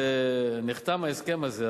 כשנחתם ההסכם הזה,